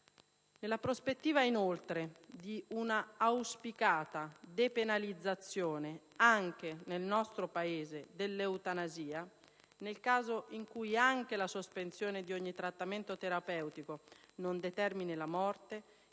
Nella prospettiva, inoltre, di una auspicata depenalizzazione anche nel nostro Paese dell'eutanasia, nel caso in cui anche la sospensione di ogni trattamento terapeutico non determini la morte,